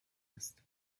است